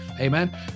Amen